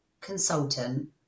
consultant